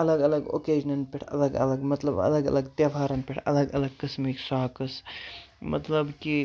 الگ الگ اوٚکیجنن پٮ۪ٹھ الگ الگ مطلب الگ الگ تہوارن پٮ۪ٹھ الگ الگ قٔسمٕکۍ سوکٔس مطلب کہِ